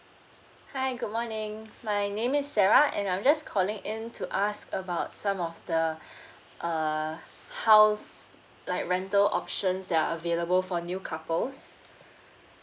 hi good morning my name is sarah and I'm just calling in to ask about some of the uh house like rental option that are available for new couples